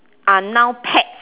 are now pets